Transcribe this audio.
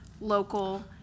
local